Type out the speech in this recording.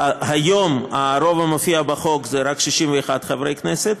היום הרוב המופיע בחוק זה הוא רק של 61 חברי כנסת.